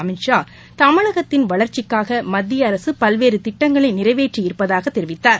அமித்ஷா தமிழகத்தின் வளா்ச்சிக்காக மத்திய அரசு பல்வேறு திட்டங்களை நிறைவேற்றி இருப்பதாக தெரிவித்தார்